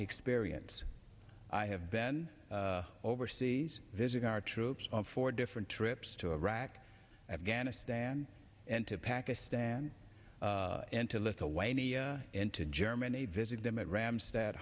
experience i have been overseas visiting our troops on four different trips to iraq afghanistan and to pakistan and to lithuania and to germany visit them at rams that